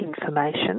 information